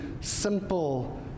simple